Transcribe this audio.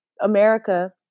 America